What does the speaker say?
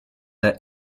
der